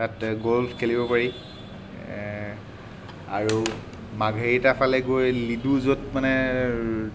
তাত গ'ল্ফ খেলিব পাৰি আৰু মাৰ্ঘেৰিটাৰ ফালে গৈ লিডু য'ত মানে